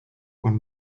one